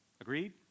Agreed